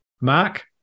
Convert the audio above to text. Mark